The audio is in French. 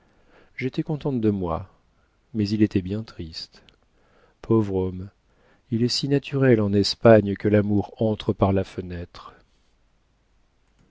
j'étais contente de moi mais il était bien triste pauvre homme il est si naturel en espagne que l'amour entre par la fenêtre